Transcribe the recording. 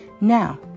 Now